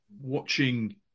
watching